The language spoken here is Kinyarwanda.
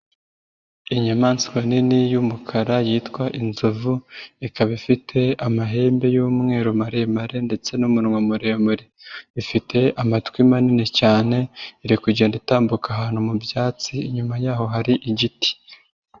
Inyamaswa nini y'umukara yitwa inzovu ikaba ifite amahembe y'umweru maremare ndetse n'umunwa muremure, ifite amatwi manini cyane iri kugenda itambuka ahantu mu byatsi inyuma y'aho hari igiti.